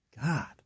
God